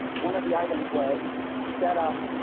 one of the items was set up,